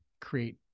create